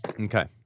Okay